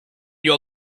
your